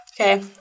Okay